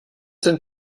sind